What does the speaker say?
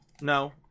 no